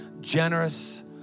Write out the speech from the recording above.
generous